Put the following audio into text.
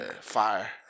fire